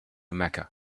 mecca